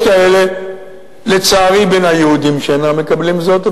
יש כאלה בין היהודים שאינם מקבלים זאת,